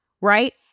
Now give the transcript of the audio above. right